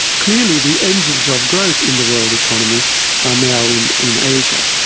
clearly the engines of growth in the world economy are now in in asia,